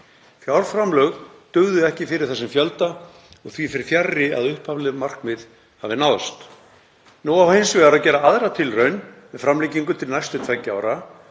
Fjárframlög dugðu ekki fyrir þeim fjölda og því fer fjarri að upphafleg markmið hafi náðst. Nú á hins vegar að gera aðra tilraun með framlengingu til næstu tveggja ára